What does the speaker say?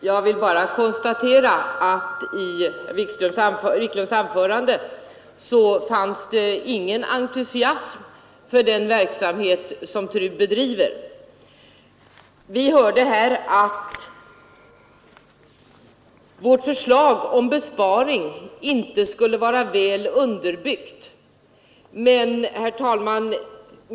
Herr talman! Jag konstaterar att det i herr Wiklunds i Härnösand anförande inte fanns någon entusiasm för den verksamhet som TRU bedriver. Vi hörde här att vårt förslag om besparing inte skulle vara väl underbyggt.